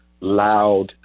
loud